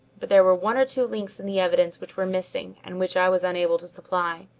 but there were one or two links in the evidence which were missing and which i was unable to supply.